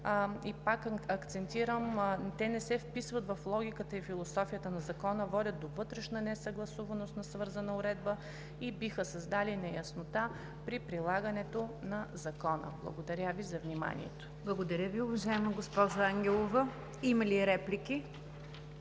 и пак акцентирам – не се вписват в логиката и философията на Закона, водят до вътрешна несъгласуваност на свързана уредба и биха създали неяснота при прилагането на Закона. Благодаря Ви за вниманието. ПРЕДСЕДАТЕЛ НИГЯР ДЖАФЕР: Благодаря Ви, уважаема госпожо Ангелова. Има ли реплики?